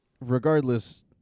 Regardless